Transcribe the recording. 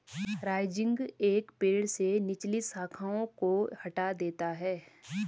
rising एक पेड़ से निचली शाखाओं को हटा देता है